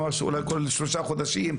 אולי כל שלושה חודשים,